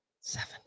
Seven